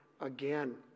again